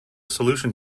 solution